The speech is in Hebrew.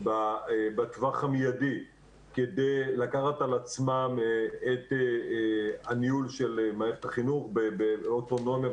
בטווח המיידי כדי לקחת על עצמן את הניהול של מערכת החינוך באוטונומיה,